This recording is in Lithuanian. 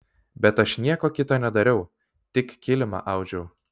bet aš nieko kito nedariau tik kilimą audžiau